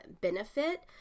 benefit